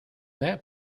that